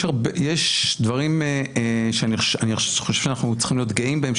יש דברים שאני חושב שאנחנו צריכים להיות גאים בהם,